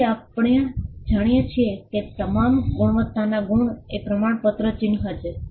તેથી આપણે જાણીએ છીએ કે તમામ ગુણવત્તાના ગુણ એ પ્રમાણપત્ર ચિહ્ન છે